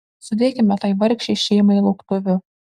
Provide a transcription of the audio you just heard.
sudėkime tai vargšei šeimai lauktuvių